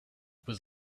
was